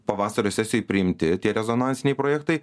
pavasario sesijoj priimti tie rezonansiniai projektai